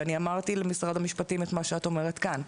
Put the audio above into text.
אני אמרתי למשרד המשפטים את מה שאת אומרת כאן.